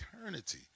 eternity